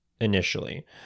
initially